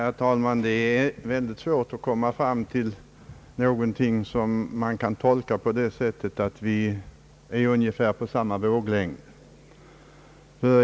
Herr talman! Det är svårt att i debatten komma fram till någonting som kan tyda på att vi är på samma våglängd.